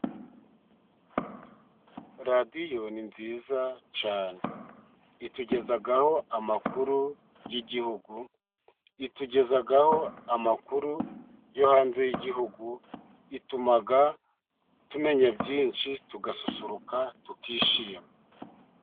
Radiyo ni nziza cyane, itugezaho amakuru y’igihugu, itugezaho amakuru yo hanze y’igihugu, ituma tumenya byinshi tugasusuruka, tukishima.